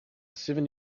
seven